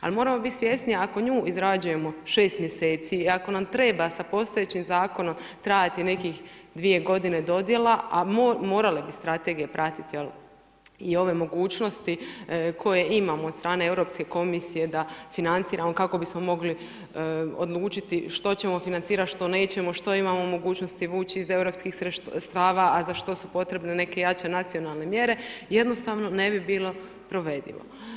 Ali moramo biti svjesni ako nju izrađujemo šest mjeseci i ako nam treba sa postojećim zakonom trajati nekih dvije godine dodijele, a morale bi strategije pratiti i ove mogućnosti koje imamo od strane Europske komisije da financiramo kako bismo mogli odlučiti što ćemo financirati, što nećemo, što imamo mogućnosti vući iz europskih sredstava, a za što su potrebne neke jače nacionalne mjere, jednostavno ne bi bilo provedivo.